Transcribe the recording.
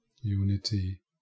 unity